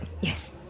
Yes